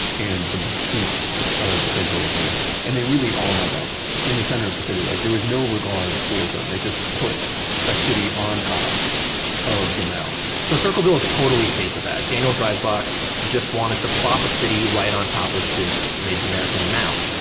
and the mystique of central ohio. and they really are like in the center of the city. like there was no regard for them, they just put a city on top of the mound so circleville is totally a case of that. daniel dreisbach just wanted to plop a city right on top of this native american mound.